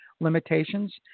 limitations